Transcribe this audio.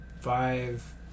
five